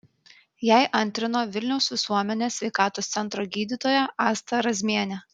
jai antrino vilniaus visuomenės sveikatos centro gydytoja asta razmienė